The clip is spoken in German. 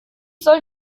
soll